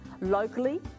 locally